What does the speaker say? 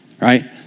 right